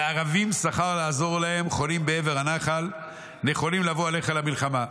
וערביים שכר לעזור להם חונים בעבר הנחל נכונים לבוא עליך למלחמה,